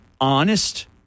honest